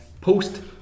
post